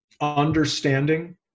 understanding